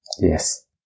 Yes